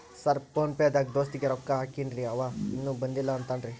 Sir PhonePe ದಾಗ ದೋಸ್ತ್ ಗೆ ರೊಕ್ಕಾ ಹಾಕೇನ್ರಿ ಅಂವ ಇನ್ನು ಬಂದಿಲ್ಲಾ ಅಂತಾನ್ರೇ?